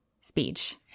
speech